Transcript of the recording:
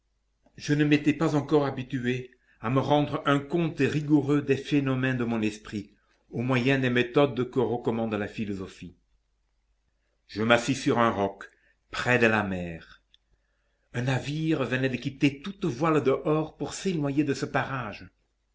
je n'étais pas encore habitué à me rendre un compte rigoureux des phénomènes de mon esprit au moyen des méthodes que recommande la philosophie je m'assis sur un roc près de la mer un navire venait de mettre toutes voiles dehors pour s'éloigner de ce parage